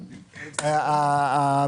אסביר.